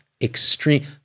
Extreme